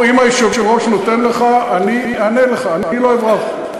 אם היושב-ראש נותן לך, אני אענה לך, אני לא אברח.